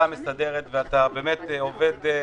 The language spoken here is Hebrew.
הארץ ולעשות את העבודה בסוף בשמנו כי ככה זה עובד,